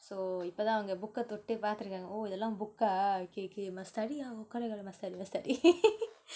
so இப்பதா அவங்க:ippathaa avanga book தொட்டு பாத்துருக்காங்க:thottu paathrukkaanga oh இதெல்லாம்:ithellam book ah okay okay must study ah oh kala kala must study must study